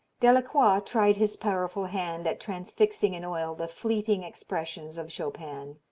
delacroix tried his powerful hand at transfixing in oil the fleeting expressions of chopin.